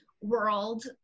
world